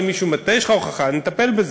אם יש לך הוכחה, אני אטפל בזה.